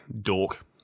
dork